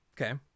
Okay